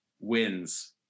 wins